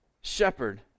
shepherd